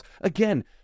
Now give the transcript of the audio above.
again